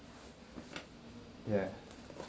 ya